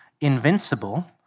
invincible